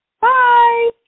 Bye